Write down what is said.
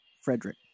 Frederick